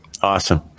Awesome